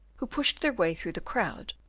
who pushed their way through the crowd,